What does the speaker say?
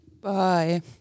Bye